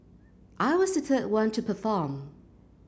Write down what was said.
I was the third one to perform